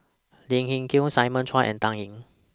Lim Hng Kiang Simon Chua and Dan Ying